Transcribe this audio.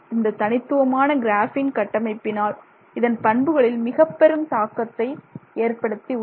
இந்த தனித்துவமான கிராபின் கட்டமைப்பினால் இதன் பண்புகளில் மிகப்பெரும் தாக்கத்தை ஏற்படுத்துகிறது